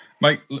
Mike